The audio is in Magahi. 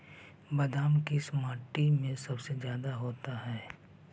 बादाम किस माटी में सबसे ज्यादा होता है?